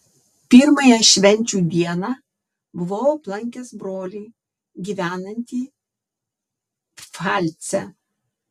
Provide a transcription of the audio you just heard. pirmąją švenčių dieną buvau aplankęs brolį gyvenantį pfalce